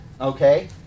Okay